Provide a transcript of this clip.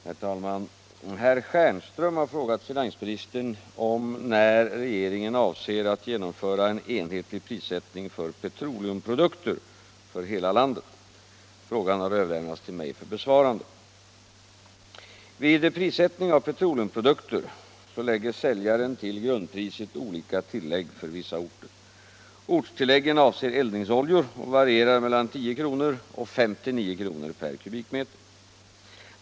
Herr talman! Herr Stjernström har frågat finansministern om när regeringen avser att genomföra en enhetlig prissättning för petroleumprodukter för hela landet. Frågan har överlämnats till mig för besvarande. Vid prissättning av petroleumprodukter lägger säljaren till grundpriset olika tillägg för vissa orter. Ortstilläggen avser eldningsoljor och varierar mellan 10 kr. och 59 kr. per kubikmeter.